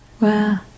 Wow